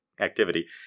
activity